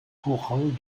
courant